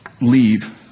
leave